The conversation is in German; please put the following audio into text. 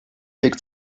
legte